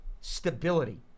stability